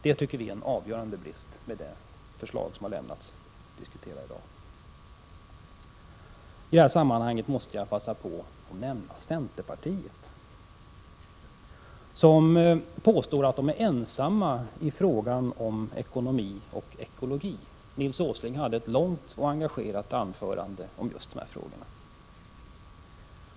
Det tycker vi är en avgörande brist i det förslag som har lämnats för att diskuteras i dag. I detta sammanhang måste jag passa på att nämna centerpartiet, som påstår att det är ensamt om sin uppfattning i fråga om ekonomi och ekologi. Nils G. Åsling hade ett långt och engagerat anförande om just dessa frågor.